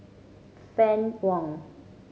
Fann Wong